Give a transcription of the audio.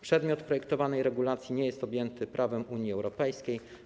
Przedmiot projektowanej regulacji nie jest objęty prawem Unii Europejskiej.